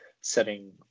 setting